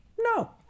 No